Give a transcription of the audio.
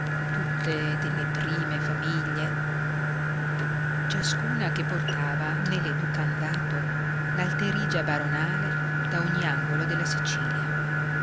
tutte delle prime famiglie ciascuna che portava nell'educandato l'alterigia baronale da ogni angolo della sicilia